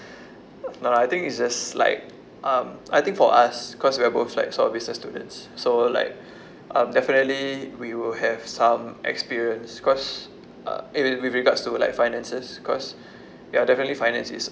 no lah I think it's just like um I think for us because we are both like sort of business students so like um definitely we will have some experience because uh in with regards to like finances cause ya definitely finance is